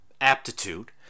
aptitude